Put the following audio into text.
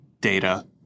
data